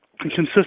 consistent